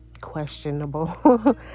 questionable